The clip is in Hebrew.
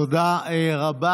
תודה רבה.